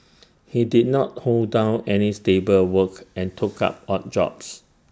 he did not hold down any stable work and took up odd jobs